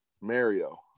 mario